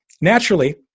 naturally